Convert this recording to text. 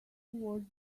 was